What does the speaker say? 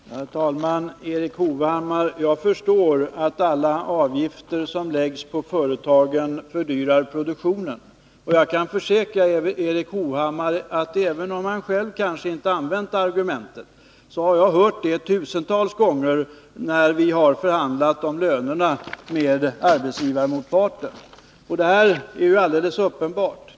Herr talman! Jag förstår, Erik Hovhammar, att alla avgifter som läggs på företagen fördyrar produktionen. Jag kan försäkra Erik Hovhammar att även om jag själv kanske inte använt argumentet, så har jag hört det tusentals gånger när vi har förhandlat om lönerna med arbetsgivarmotparten. Det är alldeles uppenbart.